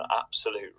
absolute